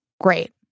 great